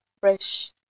fresh